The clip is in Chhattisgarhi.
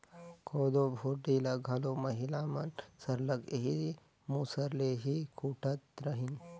कोदो भुरडी ल घलो महिला मन सरलग एही मूसर ले ही कूटत रहिन